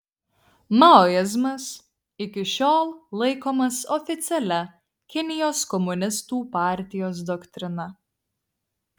maoizmas iki šiol laikomas oficialia kinijos komunistų partijos doktrina